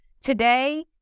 Today